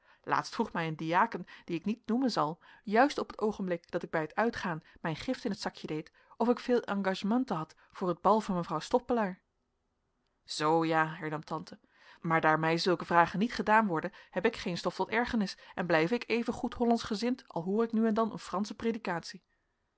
laatst vroeg mij een diaken dien ik niet noemen zal juist op het oogenblik dat ik bij t uitgaan mijn gift in t zakje deed of ik veel engagementen had voor het bal van mevrouw stoppelaar zoo ja hernam tante maar daar mij zulke vragen niet gedaan worden heb ik geen stof tot ergernis en blijf ik evengoed hollandsch gezind al hoor ik nu en dan een fransche predikatie